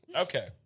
Okay